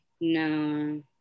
no